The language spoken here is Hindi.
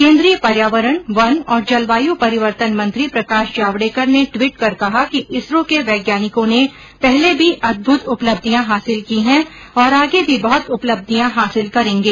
केन्द्रीय पर्यावरण वन और जलवायू परिवर्तन मंत्री प्रकाश जावड़ेकर टिविट कर कहा कि इसरो के वैज्ञानिकों ने पहले भी अदभुत उपलब्धियां हांसिल की है और आगे भी बहुत उपलब्धियां हांसिल करेंगे